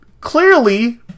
clearly